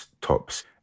tops